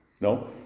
No